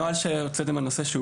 הנוהל שהוצאתם בנושא,